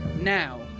Now